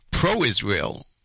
pro-Israel